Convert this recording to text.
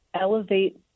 elevate